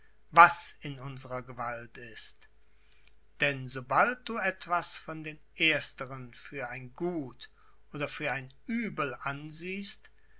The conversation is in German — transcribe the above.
was in unserer gewalt ist denn sobald du etwas von den ersteren für ein gut oder für ein uebel ansiehst